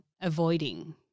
avoiding